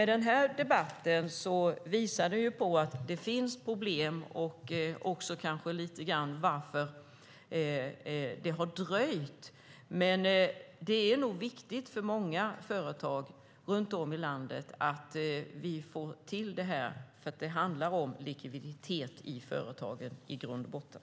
Den här debatten visar att det finns problem och visar kanske också lite grann varför det har dröjt. Men det är nog viktigt för många företag runt om i landet att vi får till detta, för det handlar i grund och botten om likviditet i företagen.